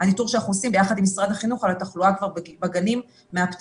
זה הניטור שאנחנו עושים יחד עם משרד החינוך על התחלואה בגנים מהפתיחה.